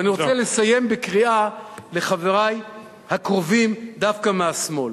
אני רוצה לסיים בקריאה לחברי הקרובים דווקא מהשמאל: